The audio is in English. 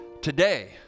Today